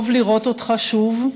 טוב לראות אותך שוב,